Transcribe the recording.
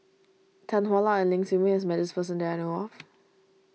Tan Hwa Luck and Ling Siew May has met this person that I know of